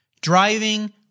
Driving